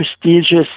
prestigious